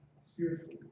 spiritual